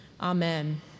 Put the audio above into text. Amen